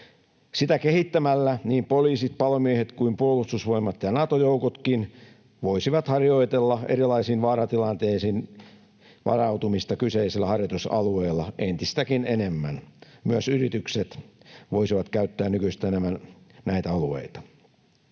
Sitä kehittämällä niin poliisit, palomiehet kuin Puolustusvoimat ja Nato-joukotkin voisivat harjoitella erilaisiin vaaratilanteisiin varautumista kyseisellä harjoitusalueella entistäkin enemmän, myös yritykset voisivat käyttää nykyistä enemmän näitä alueita.